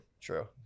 True